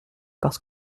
parce